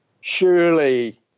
surely